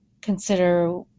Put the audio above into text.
consider